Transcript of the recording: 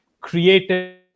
created